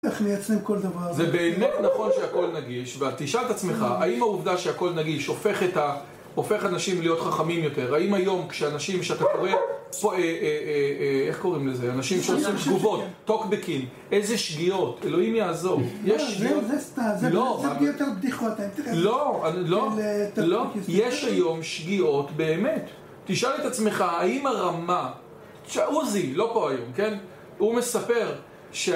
איך מיצרם כל דבר.. זה באמת נכון שהכל נגיש ותשאל את עצמך האם העובדה שהכל נגיש הופך אנשים להיות חכמים יותר האם היום כשאנשים שאתה קורא ... איך קוראים לזה אנשים שעושים תגובות, טוקבקים איזה שגיאות, אלוהים יעזור זה סתם לא זה יותר בדיחות, טוקביקסטים, לא יש היום שגיאות באמת, תשאל את עצמך האם הרמה, עוזי, לא פה היום, כן הוא מספר